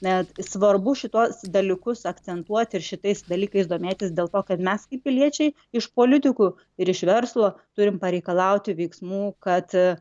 net svarbu šituos dalykus akcentuoti ir šitais dalykais domėtis dėl to kad mes kaip piliečiai iš politikų ir iš verslo turim pareikalauti veiksmų kad